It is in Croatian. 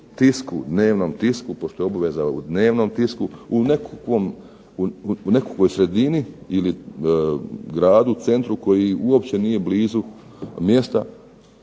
sredinama natječaj objavljuje u dnevnom tisku u nekakvoj sredini ili gradu, centru koji uopće nije blizu mjesta